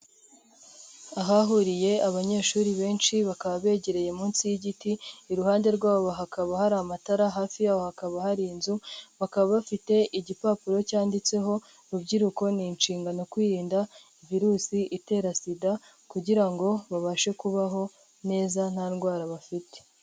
Ahahuriye abanyeshuri benshi bakaba begereye munsi y'igiti, iruhande rwabo hakaba hari amatara, hafi y'aho hakaba hari inzu, bakaba bafite igipapuro cyanditseho "Rubyiruko ni inshingano kwirinda virusi itera SIDA" kugira ngo babashe kubaho neza nta ndwara bafite.